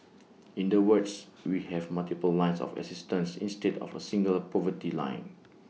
in the words we have multiple lines of assistance instead of A single poverty line